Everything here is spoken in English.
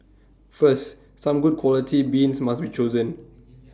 first some good quality beans must be chosen